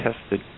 tested